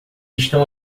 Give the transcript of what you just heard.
estão